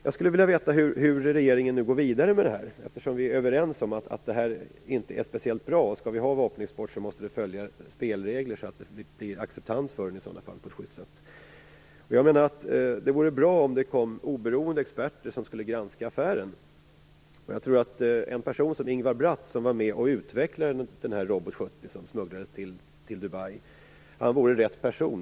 Jag skulle vilja veta hur regeringen nu går vidare med det här. Vi är ju överens om att det här inte är speciellt bra - skall vi ha vapenexport måste den följa spelregler så att den får acceptans på ett just sätt. Jag menar att det vore bra om oberoende experter granskade affären. Jag tror också att en person som Ingvar Robot 70 - som smugglades till Dubai, vore rätt person.